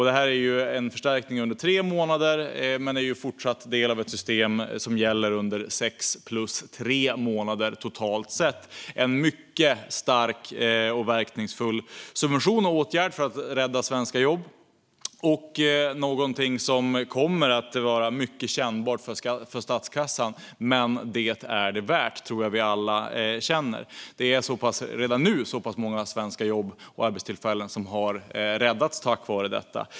Det här är en förstärkning under tre månader och en fortsatt del av ett system som alltså totalt gäller under sex plus tre månader. Detta är en mycket stark och verkningsfull subvention och åtgärd för att rädda svenska jobb och någonting som kommer att vara mycket kännbart för statskassan. Det är det dock värt, tror jag att vi alla känner. Det är redan nu så pass många svenska jobb och arbetstillfällen som har räddats tack vare detta.